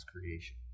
creation